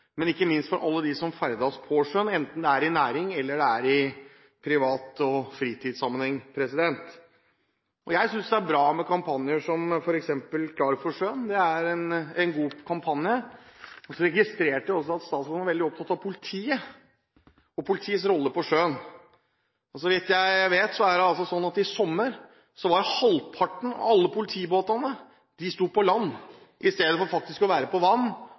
men ikke minst for alle dem som ferdes på sjøen, enten det er i næringssammenheng eller det er i privat sammenheng og fritidssammenheng. Jeg synes det er bra med kampanjer som f.eks. «Klar for sjøen». Det er en god kampanje. Jeg registrerte også at statsråden var veldig opptatt av politiet og politiets rolle på sjøen. Så vidt jeg vet, er det slik at sist sommer sto halvparten av alle politibåtene på land, istedenfor å være på vannet og være ute og hjelpe folk, enten det dreide seg om en nødssituasjon eller om å